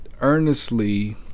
earnestly